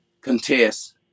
contest